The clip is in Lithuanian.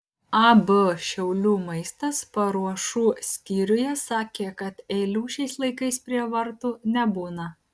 ab šiaulių maistas paruošų skyriuje sakė kad eilių šiais laikais prie vartų nebūna